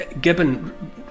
Gibbon